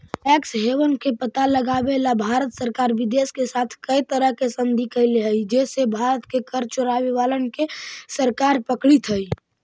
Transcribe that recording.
tax haven के पता लगावेला भारत सरकार विदेश के साथ कै तरह के संधि कैले हई जे से भारत के कर चोरावे वालन के सरकार पकड़ित हई